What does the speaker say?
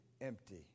empty